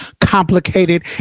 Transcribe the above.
complicated